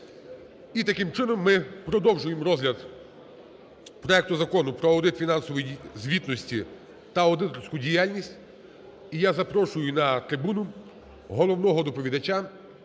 І, таким чином, ми продовжуємо розгляд проекту Закону про аудит фінансової звітності та аудиторську діяльність. І я запрошую на трибуну головного доповідача